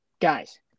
guys